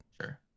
sure